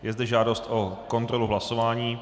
Je zde žádost o kontrolu hlasování.